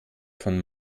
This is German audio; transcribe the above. von